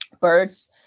birds